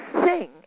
sing